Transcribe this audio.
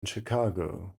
chicago